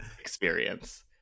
experience